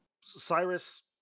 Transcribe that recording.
Cyrus